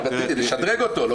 לשדרג אותו.